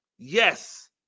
Yes